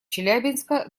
челябинска